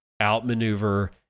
outmaneuver